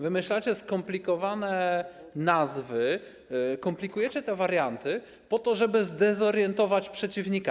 Wymyślacie skomplikowane nazwy, komplikujecie te warianty po to, żeby zdezorientować przeciwnika.